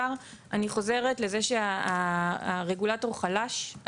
אני שימשתי יועץ למנכ"ל המשרד להגנת הסביבה בנושא אכיפה.